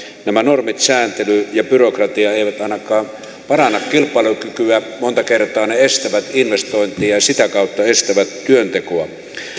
nämä normit sääntely ja byrokratia eivät ainakaan paranna kilpailukykyä monta kertaa ne estävät investointeja ja sitä kautta estävät työntekoa